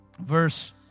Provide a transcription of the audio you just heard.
Verse